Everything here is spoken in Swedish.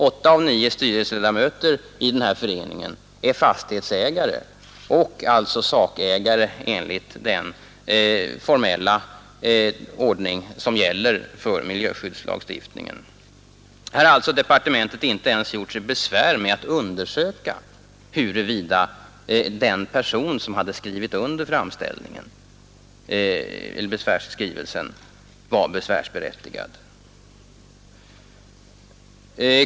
Åtta av nio styrelseledamöter i den här föreningen är fastighetsägare och alltså sakägare enligt den formella ordning som gäller för miljöskyddslagstiftningen. Här har alltså departementet inte ens gjort sig besvär med att undersöka huruvida en person som hade skrivit under besvärsskrivelsen var besvärsberättigad.